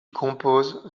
compose